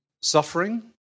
suffering